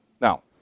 Now